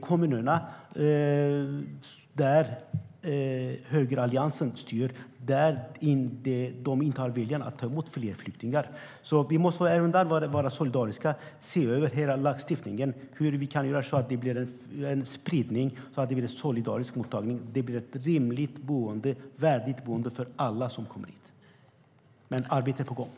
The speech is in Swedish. Kommunerna där högeralliansen styr har ingen vilja att ta emot fler flyktingar. Arbete är på gång.